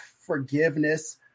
forgiveness